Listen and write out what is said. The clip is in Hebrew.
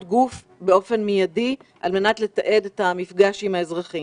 גוף באופן מידי על מנת לתעד את המפגש עם האזרחים.